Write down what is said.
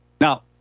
Now